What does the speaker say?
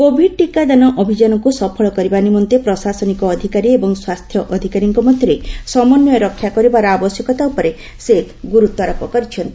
Covid ଟିକା ଦାନ ଅଭିଯାନକୁ ସଫଳ କରିବା ନିମନ୍ତେ ପ୍ରଶାସନିକ ଅଧିକାରୀ ଏବଂ ସ୍ୱାସ୍ଥ୍ୟ ଅଧିକାରୀଙ୍କ ମଧ୍ୟରେ ସମନ୍ଧୟ ରକ୍ଷା କରିବାର ଆବଶ୍ୟକତା ଉପରେ ସେ ଗୁରୁତ୍ୱାରୋପ କରିଛନ୍ତି